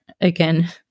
again